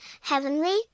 heavenly